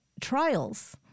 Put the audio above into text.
trials